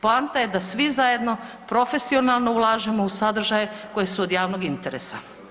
Poanta je da svi zajedno profesionalno ulažemo u sadržaje koji su od javnog interesa.